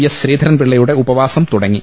S ശ്രീധരൻപിള്ളയുടെ ഉപവാസം തുടങ്ങി